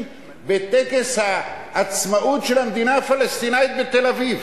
בטקס העצמאות של המדינה הפלסטינית בתל-אביב,